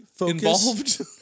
involved